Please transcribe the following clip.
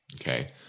okay